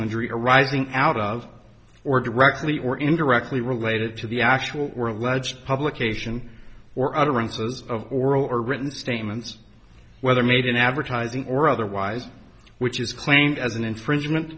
injury arising out of or directly or indirectly related to the actual were alleged publication or utterances of oral or written statements whether made in advertising or otherwise which is claimed as an infringement